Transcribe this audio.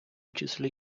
числі